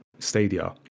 Stadia